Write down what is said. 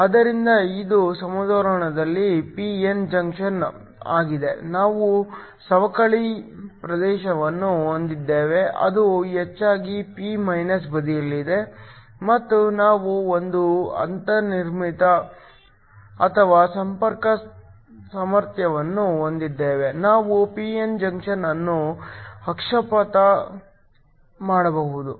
ಆದ್ದರಿಂದ ಇದು ಸಮತೋಲನದಲ್ಲಿ p n ಜಂಕ್ಷನ್ ಆಗಿದೆ ನಾವು ಸವಕಳಿ ಪ್ರದೇಶವನ್ನು ಹೊಂದಿದ್ದೇವೆ ಅದು ಹೆಚ್ಚಾಗಿ p ಬದಿಯಲ್ಲಿದೆ ಮತ್ತು ನಾವು ಒಂದು ಅಂತರ್ನಿರ್ಮಿತ ಅಥವಾ ಸಂಪರ್ಕ ಸಾಮರ್ಥ್ಯವನ್ನು ಹೊಂದಿದ್ದೇವೆ ನಾವು p n ಜಂಕ್ಷನ್ ಅನ್ನು ಪಕ್ಷಪಾತ ಮಾಡಬಹುದು